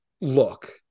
look